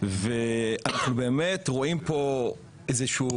ואנחנו באמת שומעים פה היסטוריה.